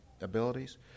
abilities